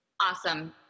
Awesome